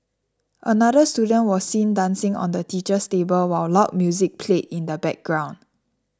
another student was seen dancing on the teacher's table while loud music played in the background